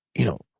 you know,